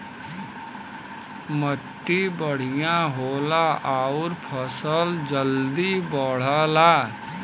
मट्टी बढ़िया होला आउर फसल जल्दी बढ़ला